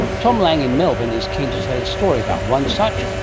tom lang in melbourne is keen to tell a story about one such,